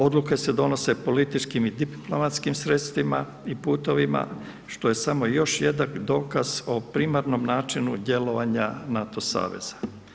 Odluke se donose političkim i diplomatskim sredstvima i putovima, što je samo još jedan dokaz o primarnom načinu djelovanja NATO saveza.